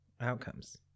outcomes